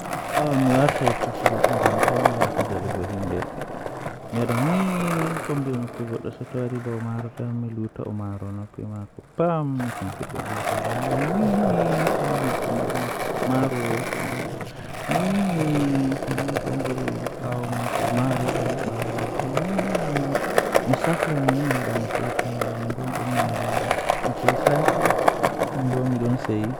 Ah Taarihi ɗum belɗum ɗum boɗɗum bo masin History waawi hokkata moƴƴi e ɓe waɗtudee, ɓe waawataa faami noyiɗɗo e nder laawol. E ɗum woodi firtiimaaji moƴƴi ngam yeeyii laawol e soodun faa, hay ɓe waawataa ko aadee e ɓe waɗtude ngal noyiɗɗo. Ko tawa moƴƴi e history ngam tawti caɗeele e laawol fuɗɗi.